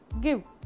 give